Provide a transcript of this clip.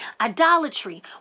idolatry